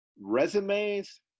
resumes